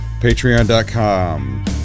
Patreon.com